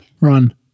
run